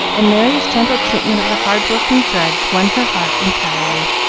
and merry's gentle treatment of the hard-working drudge won her heart entirely.